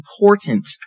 important